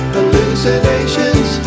Hallucinations